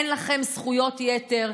אין לכם זכויות יתר,